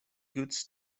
goods